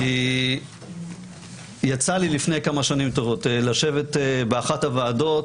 כי יצא לי לפני כמה שנים טובות לשבת באחת הוועדות,